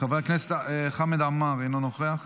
חבר הכנסת חמד עמאר, אינו נוכח,